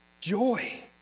Joy